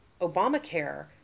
Obamacare